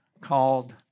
called